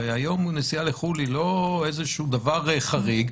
והיום נסיעה לחו"ל היא לא דבר חריג.